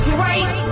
Great